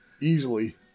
Easily